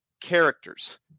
characters